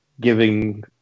giving